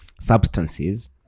substances